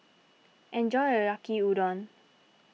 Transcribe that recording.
enjoy your Yaki Udon